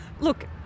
Look